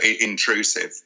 intrusive